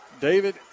David